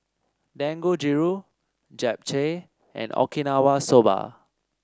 Dangojiru Japchae and Okinawa Soba